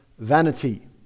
vanity